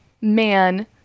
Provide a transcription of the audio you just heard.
man